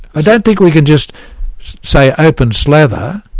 i don't think we can just say open slather,